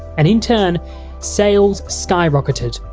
and in turn sales skyrocketed.